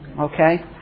okay